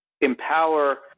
empower